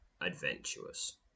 adventurous